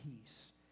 peace